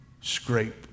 scrape